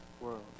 world